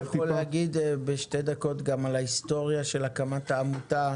אתה יכול להגיד בשתי דקות גם על ההיסטוריה של הקמת העמותה,